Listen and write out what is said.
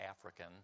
African